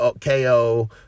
KO